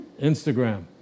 Instagram